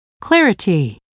Clarity